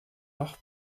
noch